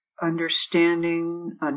Understanding